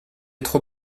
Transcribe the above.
trop